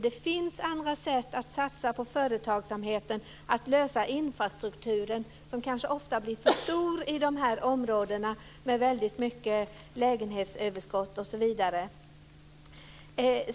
Det finns andra sätt att satsa på företagsamheten och att lösa infrastrukturen, som kanske ofta blir för stor i de här områdena med väldigt mycket lägenhetsöverskott osv.